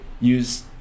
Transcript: use